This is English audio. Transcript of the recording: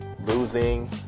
losing